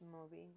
moving